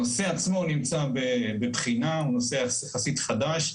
הנושא עצמו נמצא בבחינה, הוא נושא יחסית חדש.